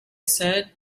said